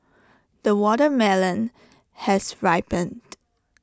the watermelon has ripened